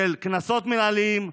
של קנסות מינהליים,